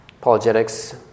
Apologetics